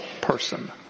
person